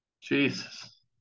Jesus